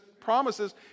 promises